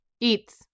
Eats